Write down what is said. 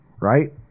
right